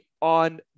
on